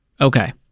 Okay